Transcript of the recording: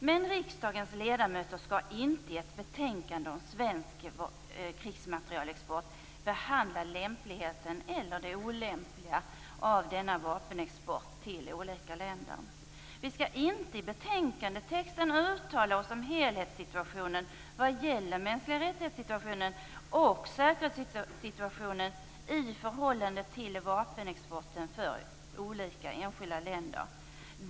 Men riksdagens ledamöter skall inte i ett betänkande om svensk krigsmaterielexport behandla det lämpliga eller olämpliga med denna vapenexport till olika länder. Vi skall inte i betänkandetexten uttala oss om helhetssituationen vad gäller situationen för de mänskliga rättigheterna och säkerheten i förhållande till vapenexporten till olika enskilda länder.